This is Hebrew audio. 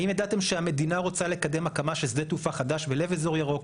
האם ידעתם שהמדינה רוצה לקדם הקמה של שדה תעופה חדש בלב אזור ירוק,